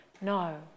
No